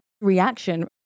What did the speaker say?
reaction